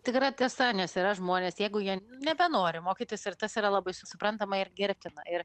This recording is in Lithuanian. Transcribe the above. tikra tiesa nes yra žmonės jeigu jie nebenori mokytis ir tas yra labai suprantama ir gerbtina ir